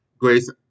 Grace